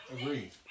Agreed